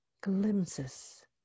glimpses